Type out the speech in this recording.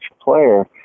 player